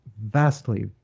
vastly